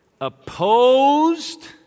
Opposed